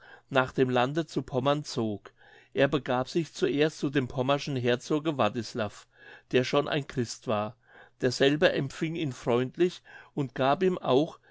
nach dem lande zu pommern zog er begab sich zuerst zu dem pommerschen herzoge wartislav der schon ein christ war derselbe empfing ihn freundlich und gab ihm auch